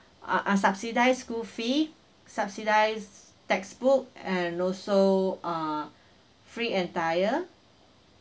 ah ah subsidised school fee subsidised textbook and also ah free attire